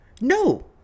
No